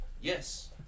Yes